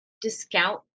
discount